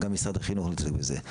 גם משרד החינוך לא יתעסק בזה,